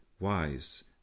Wise